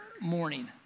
morning